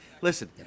listen